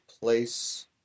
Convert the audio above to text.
place